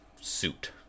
suit